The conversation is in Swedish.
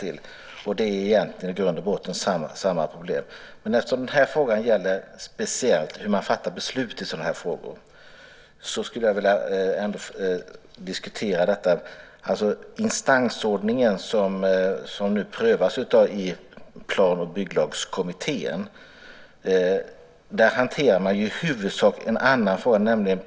Där är det egentligen i grund och botten samma problem. Eftersom den här frågan gäller speciellt hur man fattar beslut i sådana här frågor skulle jag vilja diskutera detta. När det gäller instansordningen, som nu prövas i Plan och bygglagskommittén, hanterar man i huvudsak en annan fråga, nämligen